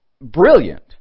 brilliant